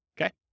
okay